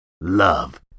Love